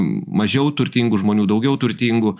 mažiau turtingų žmonių daugiau turtingų